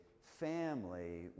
family